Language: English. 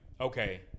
okay